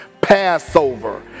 Passover